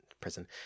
Prison